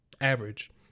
average